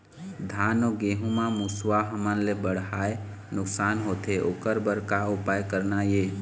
धान अउ गेहूं म मुसवा हमन ले बड़हाए नुकसान होथे ओकर बर का उपाय करना ये?